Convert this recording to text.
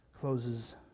closes